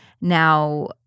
Now